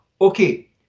okay